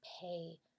pay